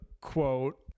quote